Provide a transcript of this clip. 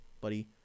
buddy